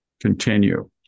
continue